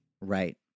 Right